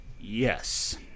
yes